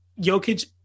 Jokic